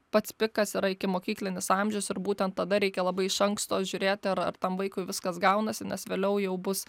pats pikas yra ikimokyklinis amžius ir būtent tada reikia labai iš anksto žiūrėti ar tam vaikui viskas gaunasi nes vėliau jau bus